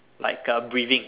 like a breathing